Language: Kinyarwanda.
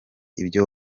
ibyo